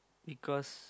because